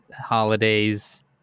holidays